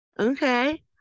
Okay